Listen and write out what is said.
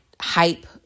hype